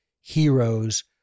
heroes